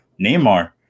Neymar